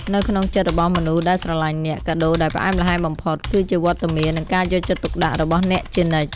នៅក្នុងចិត្តរបស់មនុស្សដែលស្រឡាញ់អ្នក កាដូដែលផ្អែមល្ហែមបំផុត គឺជាវត្តមាន និងការយកចិត្តទុកដាក់របស់អ្នកជានិច្ច។